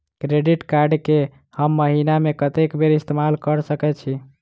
Credit card कऽ हम महीना मे कत्तेक बेर इस्तेमाल कऽ सकय छी?